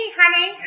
honey